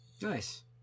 Nice